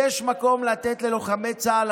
יש מקום לתת ללוחמי צה"ל,